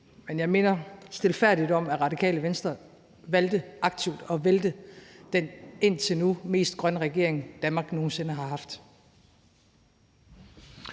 men jeg minder stilfærdigt om, at Radikale Venstre valgte aktivt at vælte den indtil nu mest grønne regering, Danmark nogen sinde har haft.